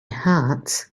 hearts